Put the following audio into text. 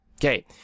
Okay